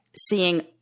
seeing